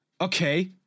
Okay